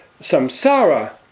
samsara